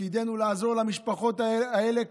תפקידנו לעזור למשפחות האלה,